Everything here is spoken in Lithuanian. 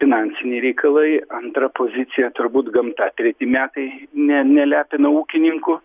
finansiniai reikalai antra pozicija turbūt gamta treti metai ne nelepina ūkininkų